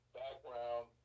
background